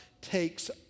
takes